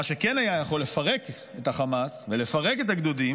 מה שכן היה יכול לפרק את החמאס ולפרק את הגדודים